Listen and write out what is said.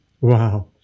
Wow